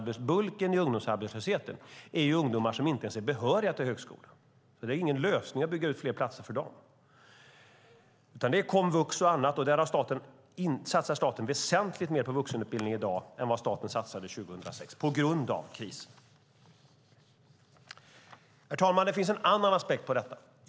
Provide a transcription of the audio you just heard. Bulken i ungdomsarbetslösheten är ungdomar som inte ens är behöriga till högskolan, så det är ingen lösning att bygga ut fler platser för dem, utan det är komvux och annat som behövs för dem. Staten satsar väsentligt mer på vuxenutbildning i dag än vad staten satsade 2006 på grund av krisen. Herr talman! Det finns en annan aspekt av detta.